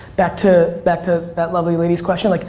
back to back to that lovely lady's question, like